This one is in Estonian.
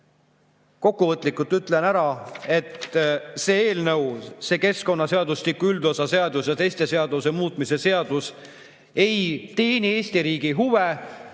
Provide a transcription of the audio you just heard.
Kokkuvõtlikult ütlen ära, et see eelnõu, see keskkonnaseadustiku üldosa seaduse ja teiste seaduste muutmise seaduse [eelnõu] ei teeni Eesti riigi huve.